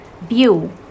view